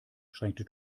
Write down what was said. schränkte